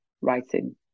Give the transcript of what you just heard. writing